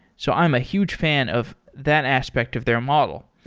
so i'm a huge fan of that aspect of their model.